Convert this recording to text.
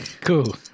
Cool